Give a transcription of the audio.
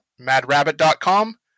madrabbit.com